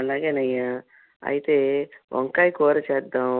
అలాగేనయ్యా అయితే వంకాయ కూర చేద్దాం